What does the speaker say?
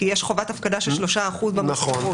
כי יש חובת הפקדה של 3% במזכירות.